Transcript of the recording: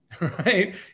Right